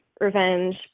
revenge